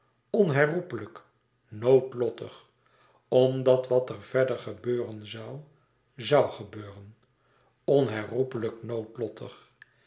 onherroepelijk noodlottig omdat wat er verder gebeuren zoû zoû gebeuren onherroepelijk